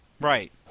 Right